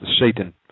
Satan